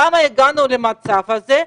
למה הגענו למצב הזה.